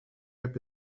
heb